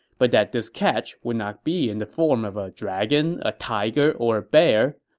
but that this catch would not be in the form of a dragon, a tiger, or a bear.